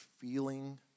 feeling